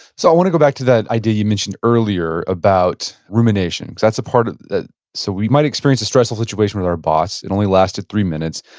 so i want to go back to that idea you mentioned earlier about rumination because that's a part of, so we might experience a stressful situation with our boss, it only lasted three minutes.